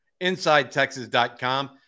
InsideTexas.com